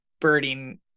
birding